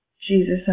Jesus